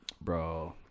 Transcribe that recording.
bro